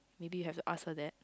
maybe you have to ask her that